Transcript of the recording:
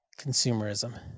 consumerism